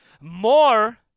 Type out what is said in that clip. More